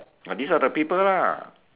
but these are the people lah